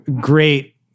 great